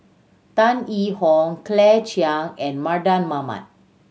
Tan Yee Hong Claire Chiang and Mardan Mamat